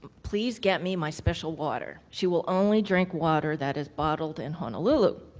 please get me my special water. she will only drink water that is bottled in honolulu.